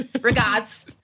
Regards